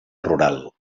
rural